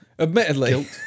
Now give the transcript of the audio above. admittedly